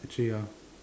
ya